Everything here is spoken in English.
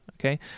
Okay